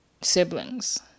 siblings